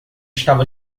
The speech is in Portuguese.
estava